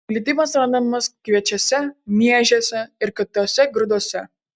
glitimas randamas kviečiuose miežiuose ir kituose grūduose